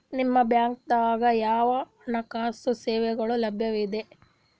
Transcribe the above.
ನಿಮ ಬ್ಯಾಂಕ ದಾಗ ಯಾವ ಹಣಕಾಸು ಸೇವೆಗಳು ಲಭ್ಯವಿದೆ?